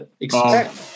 expect